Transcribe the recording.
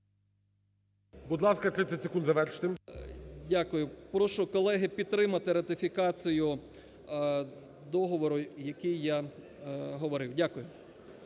Будь ласка, 30 секунд, завершити. СЕМЕРАК О.М. Дякую. Прошу, колеги, підтримати ратифікацію договору, який я говорив. Дякую.